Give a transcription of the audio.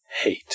hate